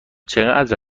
چقدر